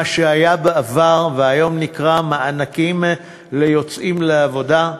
מה שהיה בעבר והיום נקרא "מענקים ליוצאים לעבודה"